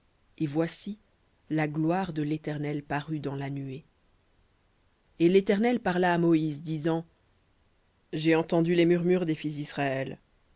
et voici la gloire de l'éternel parut dans la nuée et l'éternel parla à moïse disant jai entendu les murmures des fils d'israël